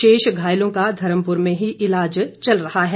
शेष घायलों का धर्मपुर में ही ईलाज किया जा रहा है